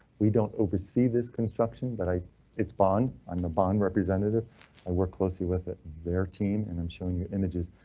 we don't oversee this construction, but i it's bond on the bond representative i work closely with it, their team and i'm showing you images.